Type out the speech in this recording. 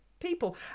people